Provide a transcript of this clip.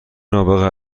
نابغه